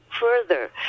further